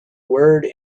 word